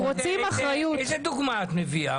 אנחנו רוצים אחריות --- איזו מין דוגמה את מביאה?